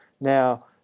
Now